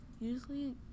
usually